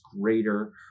greater